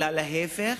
אלא להיפך.